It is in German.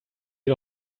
sie